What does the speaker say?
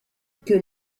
que